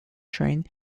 train